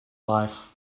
life